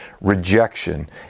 rejection